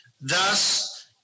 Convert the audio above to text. Thus